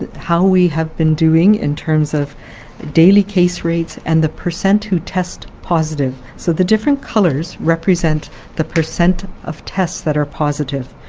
how we have been doing in terms of daily case rates and the per cent who test positive. so the different colours represent the per cent of tests that are positive.